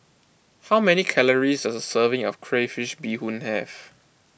how many calories does a serving of Crayfish BeeHoon have